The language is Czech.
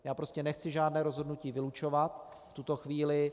Já prostě nechci žádné rozhodnutí vylučovat v tuto chvíli.